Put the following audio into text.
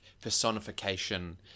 personification